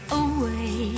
away